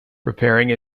preparing